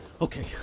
Okay